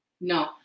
No